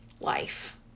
life